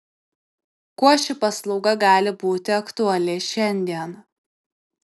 kuo ši paslauga gali būti aktuali šiandien